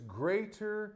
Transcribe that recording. greater